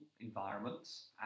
environments